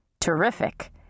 Terrific